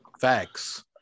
facts